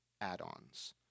add-ons